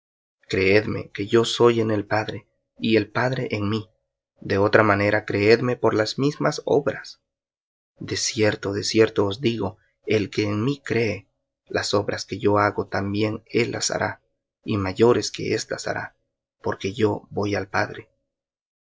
creedme que yo soy en el padre y el padre en mí de otra manera creedme por las mismas obras de cierto de cierto os digo el que en mí cree las obras que yo hago también él hará y mayores que éstas hará porque yo voy al padre